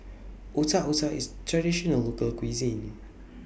Otak Otak IS Traditional Local Cuisine